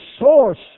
source